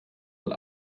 mal